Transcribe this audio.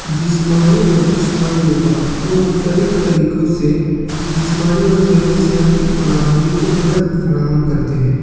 جسمانی ورزش اور یوگا دو مختلف طریقوں سے جسمانی اور ذہنی صحت کی فراہمی کو مدد فراہم کرتے ہیں